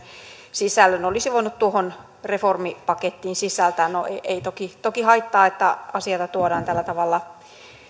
sisällön olisi voinut tuohon reformipakettiin sisällyttää no ei toki toki haittaa että asioita tuodaan tällä tavalla